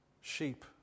sheep